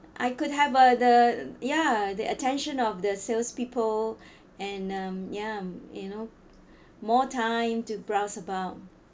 I could have a the ya the attention of the salespeople and um ya you know more time to browse about